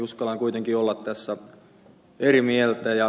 uskallan kuitenkin olla tässä eri mieltä